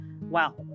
wow